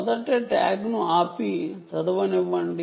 మొదట ట్యాగ్ను ఆపి చదవనివ్వండి